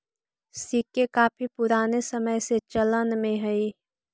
सिक्के काफी पूराने समय से चलन में हई